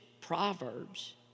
Proverbs